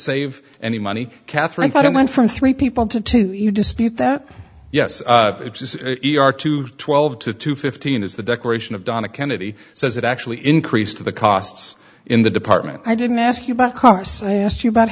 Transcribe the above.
save any money catherine thought it went from three people to two you dispute that yes to twelve to fifteen is the declaration of donna kennedy says it actually increase to the costs in the department i didn't ask you about carson i asked you about